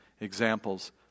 examples